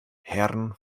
herren